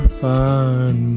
find